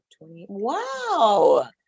wow